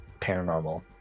paranormal